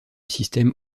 système